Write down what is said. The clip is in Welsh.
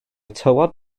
tywod